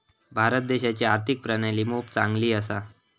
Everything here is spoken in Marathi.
भारत देशाची आर्थिक प्रणाली मोप चांगली असा